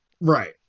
Right